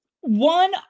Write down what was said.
One